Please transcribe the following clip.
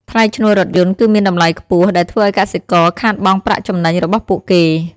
ថ្លៃឈ្នួលរថយន្ត គឺមានតម្លៃខ្ពស់ ដែលធ្វើឱ្យកសិករខាតបង់ប្រាក់ចំណេញរបស់ពួកគេ។